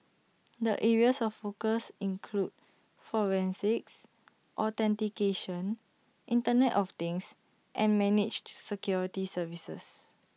the areas of focus include forensics authentication Internet of things and managed security services